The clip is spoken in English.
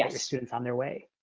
and students on their way.